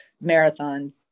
marathon